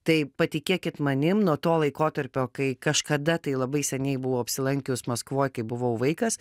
tai patikėkit manim nuo to laikotarpio kai kažkada tai labai seniai buvau apsilankius maskvoj kai buvau vaikas